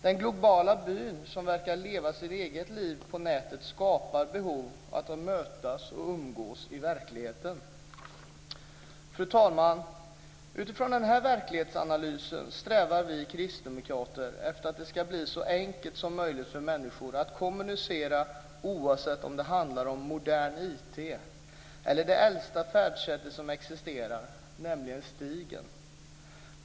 Den globala byn som verkar leva sitt eget liv på nätet skapar behov av att mötas och umgås i verkligheten. Fru talman! Utifrån denna verklighetsanalys strävar vi kristdemokrater efter att det ska bli så enkelt som möjligt för människor att kommunicera, oavsett om det handlar om modern IT eller om det äldsta färdsättet som existerar, nämligen stigen.